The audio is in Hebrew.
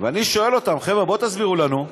ואני שואל אותם: חבר'ה, בואו תסבירו לנו,